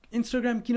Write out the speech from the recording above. Instagram